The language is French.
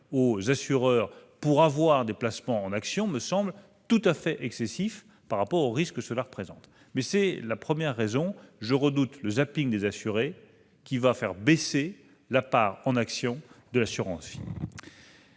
aux assureurs pour avoir des placements en actions me semble tout à fait excessif par rapport au risque que cela représente. La première raison, c'est donc le des assurés, qui fera baisser la part en actions de l'assurance.